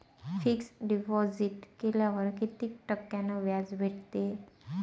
Fix deposit केल्यावर कितीक टक्क्यान व्याज भेटते?